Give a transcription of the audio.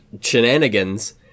shenanigans